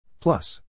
Plus